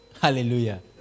Hallelujah